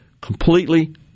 completely